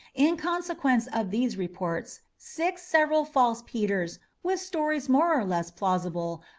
in consequence of these reports six several false peters, with stories more or less plausible,